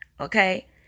okay